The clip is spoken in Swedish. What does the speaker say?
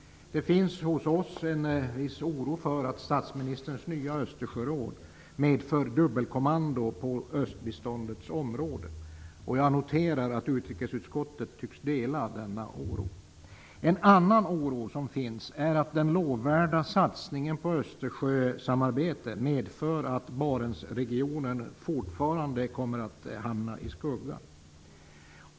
Det finns hos oss en viss oro för att statsministerns nya Östersjöråd medför dubbelkommando på östbiståndets område. Jag noterar att utrikesutskottet tycks dela denna oro. En annan oro som finns är att den lovvärda satsningen på Östersjösamarbete medför att Barentsregionen fortfarande kommer att hamna i skugga.